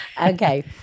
Okay